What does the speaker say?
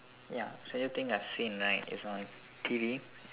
ya strangest thing I've seen right is on T_V